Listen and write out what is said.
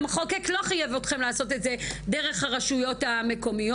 המחוקק לא חייב אתכם לעשות את זה דרך הרשויות המקומיות.